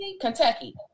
Kentucky